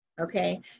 okay